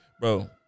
bro